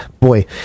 boy